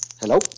Hello